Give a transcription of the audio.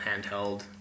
handheld